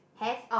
have